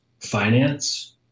finance